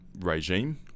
regime